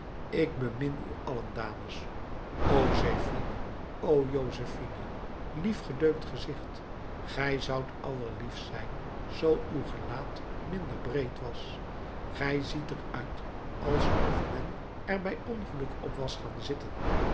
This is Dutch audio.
ik bemin u allen dames o zephine o josephine lief gedeukt gezicht gij zoudt allerliefst zijn zoo uw gelaat minder breed was gij ziet er uit alsof men er bij ongeluk op was gaan zitten